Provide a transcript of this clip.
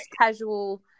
casual